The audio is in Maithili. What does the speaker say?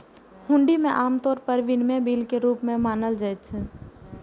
हुंडी कें आम तौर पर विनिमय बिल के रूप मे मानल जाइ छै